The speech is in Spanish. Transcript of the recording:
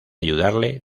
ayudarle